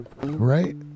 Right